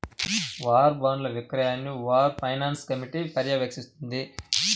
war బాండ్ల విక్రయాన్ని war finance committee పర్యవేక్షిస్తుంది